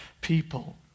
people